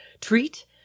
treat